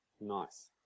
Nice